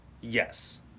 Yes